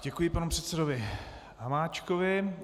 Děkuji panu předsedovi Hamáčkovi.